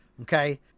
okay